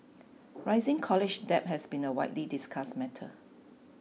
rising college debt has been a widely discussed matter